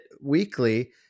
weekly